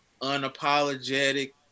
unapologetic